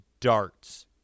darts